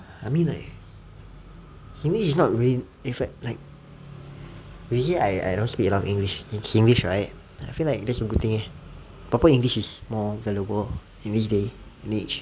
I mean like singlish is not really it's like obviously I I don't speak a lot of english singlish right I feel like that's a good thing eh proper english is more valuable in this day and age